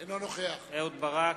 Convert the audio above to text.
אינו נוכח גלעד ארדן,